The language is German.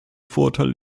vorurteil